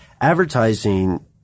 advertising